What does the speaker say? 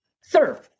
sir